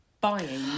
buying